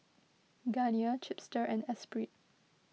Garnier Chipster and Espirit